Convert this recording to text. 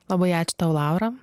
labai ačiū tau laura